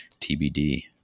TBD